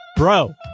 Bro